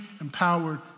empowered